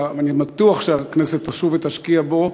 ואני בטוח שהכנסת תשוב ותשקיע בו.